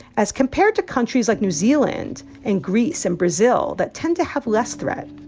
as compared to countries like new zealand and greece and brazil, that tend to have less threat